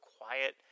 quiet